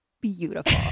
Beautiful